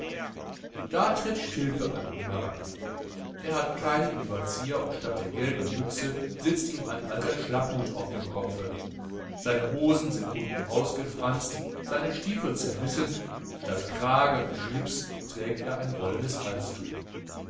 da tritt stilpe an ihn heran er hat keinen überzieher und statt der gelben mütze sitzt ihm ein alter schlapphut auf dem kopfe seine hosen sind unten ausgefranzt seine stiefel zerrissen statt kragen und shlips trägt er ein wollenes halstuch